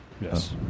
Yes